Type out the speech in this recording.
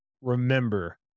Remember